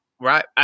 right